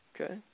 Okay